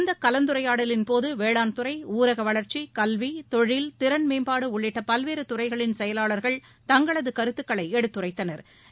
இந்த கலந்துரையாடலின்போது வேளாண் துறை ஊரக வளர்ச்சி கல்வி தொழில் திறன் மேம்பாடு உள்ளிட்ட பல்வேறு துறைகளின் செயலாளர்கள் தங்களது கருத்துக்களை எடுத்துரைத்தனா்